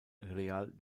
real